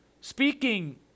Speaking